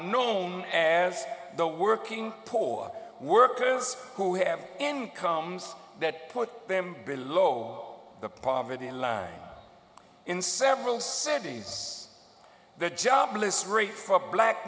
m as the working poor workers who have incomes that put them below the poverty line in several cities the jobless rate for black